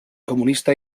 comunista